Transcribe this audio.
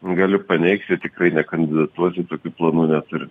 galiu paneigti tikrai nekandidatuosiu tokių planų neturiu